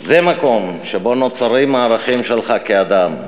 זה מקום שבו נוצרים הערכים שלך כאדם.